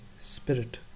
spirit